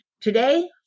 today